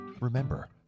Remember